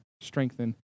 strengthen